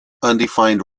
undefined